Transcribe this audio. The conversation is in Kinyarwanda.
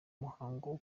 muhango